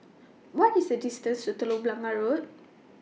What IS The distance to Telok Blangah Road